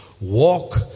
walk